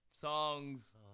songs